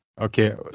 Okay